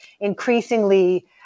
increasingly